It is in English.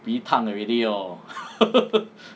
bi tan already loh